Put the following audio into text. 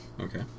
Okay